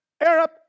Arab